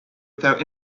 without